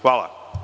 Hvala.